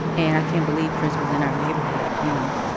and i can't believe prince was in our neighborhood you know?